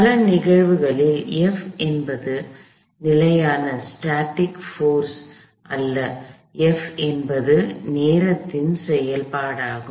பல நிகழ்வுகளில் F என்பது ஒரு நிலையான போர்ஸ் அல்ல F என்பது நேரத்தின் செயல்பாடாகும்